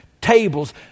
tables